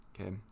okay